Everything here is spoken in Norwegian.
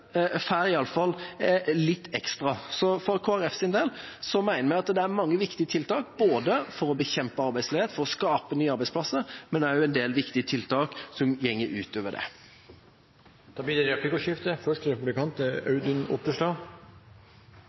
får iallfall litt ekstra. Så for Kristelig Folkepartis del mener vi at det er mange viktige tiltak – ikke bare for å bekjempe arbeidsledighet og skape nye arbeidsplasser, men også en del viktige tiltak som går utover det. Det blir replikkordskifte. Vissheten om at man kan forsørge familien sin og dem man er